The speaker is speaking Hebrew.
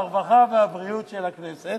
הרווחה והבריאות של הכנסת,